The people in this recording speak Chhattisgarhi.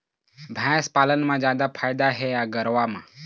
भैंस पालन म जादा फायदा हे या गरवा म?